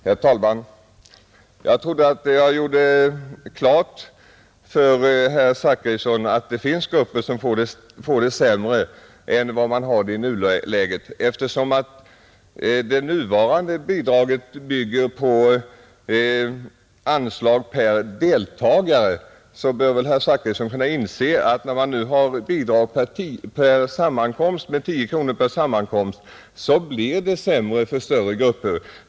Herr talman! Jag trodde att jag hade gjort klart för herr Zachrisson att vissa grupper får det sämre än de har det nu. Eftersom det nu utgående bidraget bygger på anslag per deltagare, så bör väl herr Zachrisson kunna inse att med ett bidrag på tio kronor per sammankomst blir det sämre för större grupper.